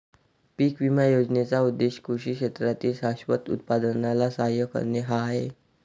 पीक विमा योजनेचा उद्देश कृषी क्षेत्रातील शाश्वत उत्पादनाला सहाय्य करणे हा आहे